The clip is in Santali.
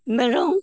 ᱢᱮᱨᱚᱢ